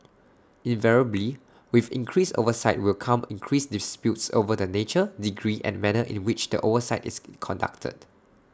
invariably with increased oversight will come increased disputes over the nature degree and manner in which the oversight is conducted